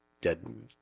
dead